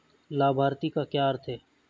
लाभार्थी का क्या अर्थ है?